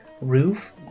roof